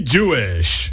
Jewish